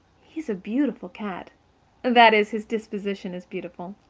he's a beautiful cat that is, his disposition is beautiful.